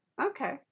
Okay